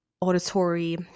auditory